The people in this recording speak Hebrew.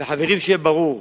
וחברים, שיהיה ברור,